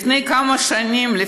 לפני כמה שנים,